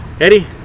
Eddie